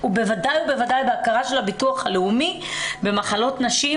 ובוודאי ובוודאי בהכרה של הביטוח הלאומי במחלות נשים